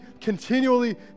continually